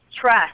trust